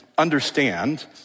understand